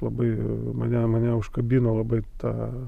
labai mane mane užkabino labai ta